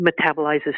metabolizes